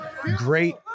Great